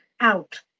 out